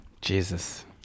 Jesus